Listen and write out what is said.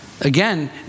Again